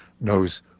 knows